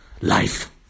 life